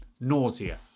nausea